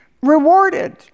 rewarded